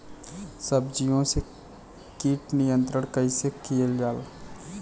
सब्जियों से कीट नियंत्रण कइसे कियल जा?